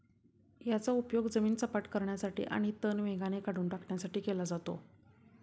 याचा उपयोग जमीन सपाट करण्यासाठी आणि तण वेगाने काढून टाकण्यासाठी केला जातो